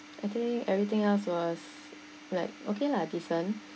I think everything else was like okay lah decent